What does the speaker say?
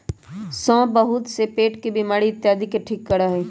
सौंफ बहुत से पेट के बीमारी इत्यादि के ठीक करा हई